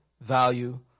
value